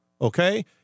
okay